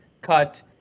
cut